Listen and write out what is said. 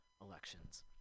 elections